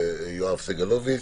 יואב סגלוביץ'